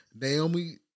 Naomi